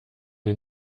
den